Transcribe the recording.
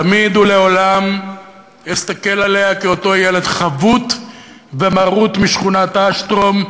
תמיד ולעולם אסתכל עליה כאותו ילד חבוט ומרוט משכונת אשטרום,